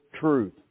truth